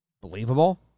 Believable